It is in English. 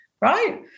right